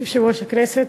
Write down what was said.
יושב-ראש הכנסת,